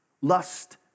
Lust